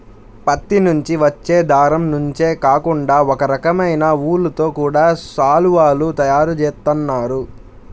పత్తి నుంచి వచ్చే దారం నుంచే కాకుండా ఒకరకమైన ఊలుతో గూడా శాలువాలు తయారు జేత్తన్నారు